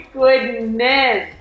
goodness